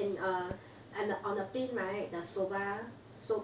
and err and on a plane ride the soba